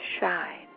shine